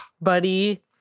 buddy